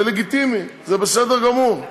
זה לגיטימי, זה בסדר גמור.